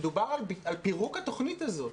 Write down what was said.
מדובר על פירוק התוכנית הזאת.